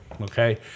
Okay